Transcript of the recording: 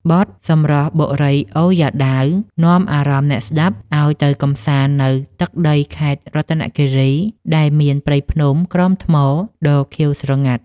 បទ «សម្រស់បុរីអូយ៉ាដាវ» នាំអារម្មណ៍អ្នកស្ដាប់ឱ្យទៅកម្សាន្តនៅទឹកដីខេត្តរតនគិរី ដែលមានព្រៃភ្នំក្រំថ្មដ៏ខៀវស្រងាត់។